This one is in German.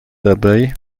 dabei